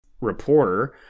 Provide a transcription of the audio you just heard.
reporter